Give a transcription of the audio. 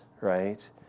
right